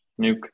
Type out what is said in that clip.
nuke